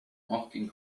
knocking